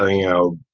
ah you know,